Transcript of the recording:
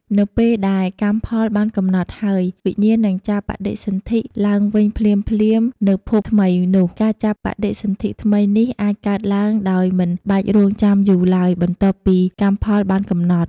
នៅពេលដែលកម្មផលបានកំណត់ហើយ វិញ្ញាណនឹងចាប់បដិសន្ធិឡើងវិញភ្លាមៗនៅភពថ្មីនោះ ការចាប់បដិសន្ធិថ្មីនេះអាចកើតឡើងដោយមិនបាច់រង់ចាំយូរឡើយ បន្ទាប់ពីកម្មផលបានកំណត់។